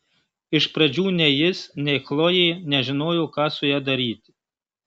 iš pradžių nei jis nei chlojė nežinojo ką su ja daryti